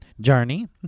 Journey